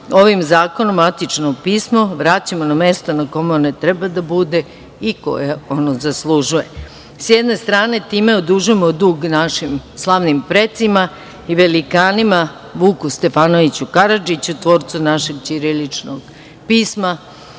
ovim zakonom matično pismo vraćamo na mesto na kome ono treba da bude i koje ono zaslužuje. S jedne strane, time odužujemo dug našim slavnim precima i velikanima Vuku Stefanoviću Karadžiću, tvorcu našeg ćiriličnog pisma,